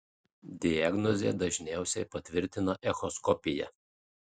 diagnozę dažniausiai patvirtina echoskopija